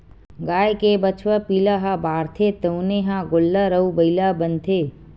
गाय के बछवा पिला ह बाढ़थे तउने ह गोल्लर अउ बइला बनथे